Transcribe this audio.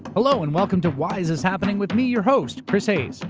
hello and welcome to why is this happening, with me, your host, chris hayes.